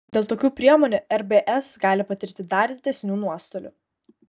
dėl tokių priemonių rbs gali patirti dar didesnių nuostolių